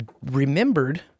remembered